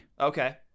Okay